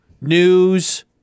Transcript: news